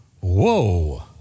whoa